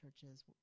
churches